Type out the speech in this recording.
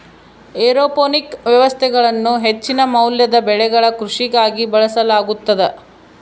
aeroponic ವ್ಯವಸ್ಥೆಗಳನ್ನು ಹೆಚ್ಚಿನ ಮೌಲ್ಯದ ಬೆಳೆಗಳ ಕೃಷಿಗಾಗಿ ಬಳಸಲಾಗುತದ